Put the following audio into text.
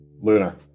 Luna